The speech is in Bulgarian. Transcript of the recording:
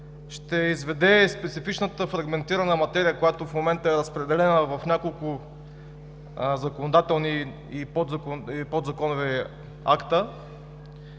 ще изведе специфичната фрагментирана материя, която в момента е разпределена в няколко законодателни и подзаконови акта,